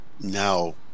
now